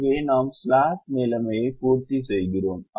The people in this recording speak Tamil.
எனவே நாம் ஸ்லாக் நிலைமைகளை பூர்த்தி செய்கிறோம்